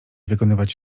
wykonywać